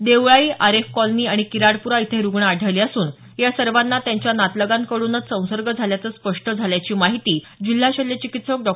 Deolai Aref colony आणि किराडपुरा इथं हे रुग्ण आढळले असून या सर्वांना त्यांच्या नातलगांकडून संसर्ग झाल्याचं स्पष्ट झाल्याची माहिती जिल्हा शल्य चिकित्सक डॉ